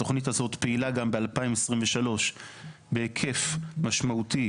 התוכנית הזאת פעילה גם ב-2023 בהיקף משמעותי.